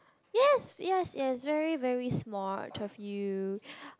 yes yes yes is very very smart of you